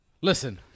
Listen